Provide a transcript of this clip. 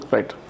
Right